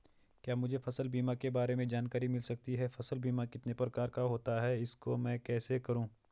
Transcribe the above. क्या मुझे फसल बीमा के बारे में जानकारी मिल सकती है फसल बीमा कितने प्रकार का होता है इसको मैं कैसे करूँ?